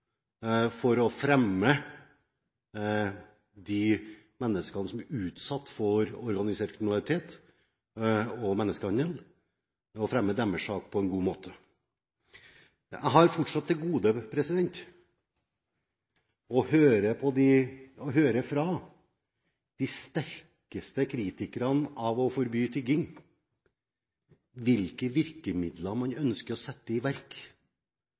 om å fremme saken til de menneskene som er utsatt for organisert kriminalitet og menneskehandel, på en god måte. Jeg har fortsatt til gode å høre hvilke virkemidler de sterkeste kritikerne av å forby tigging ønsker å sette i verk.